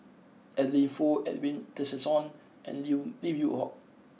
Adeline Foo Edwin Tessensohn and Lim Lim Yew Hock